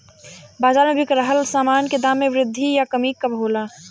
बाज़ार में बिक रहल सामान के दाम में वृद्धि या कमी कब होला?